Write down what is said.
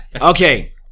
Okay